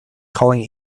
calling